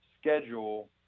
schedule